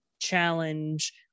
challenge